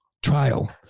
trial